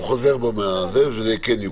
אז הוא חוזר בו מזה וזה כן יוקרא.